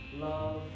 love